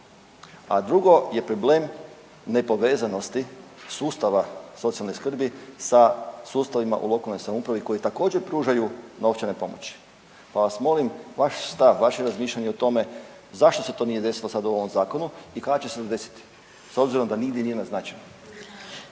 a drugo je problem nepovezanosti sustava socijalne skrbi sa sustavima u lokalnoj samoupravi koji također pružaju novčane pomoći, pa vas molim vaš stav, vaše razmišljanje o tome zašto se to nije desilo u ovom zakonu i kada će se desiti s obzirom da nigdje nije naznačeno?